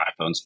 iPhones